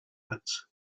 pits